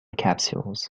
capsules